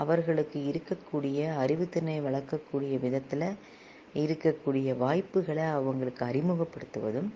அவர்களுக்கு இருக்கக்கூடிய அறிவுத்திறனை வளர்க்கக்கூடிய விதத்தில் இருக்கக்கூடிய வாய்ப்புகளை அவர்களுக்கு அறிமுகப்படுத்துவதும்